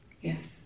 Yes